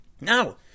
Now